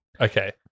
Okay